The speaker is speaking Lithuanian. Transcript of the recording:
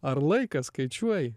ar laiką skaičiuoji